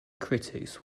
critics